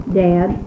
dad